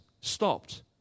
stopped